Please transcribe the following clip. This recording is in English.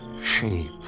shape